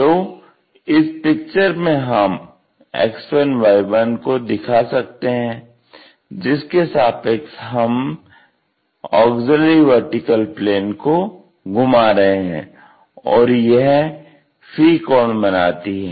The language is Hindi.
तो इस पिक्चर में हम X1Y1 को दिखा सकते हैं जिसके सापेक्ष हम AVP को घुमा रहे हैं और यह फी कोण बनाती है